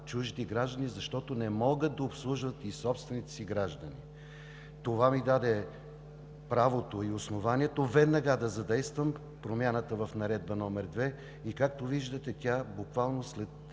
чужди граждани, защото не могат да обслужват и собствените си граждани. Това ми даде правото и основанието веднага да задействам промяната в Наредба № 2 и, както виждате, тя буквално след